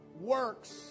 works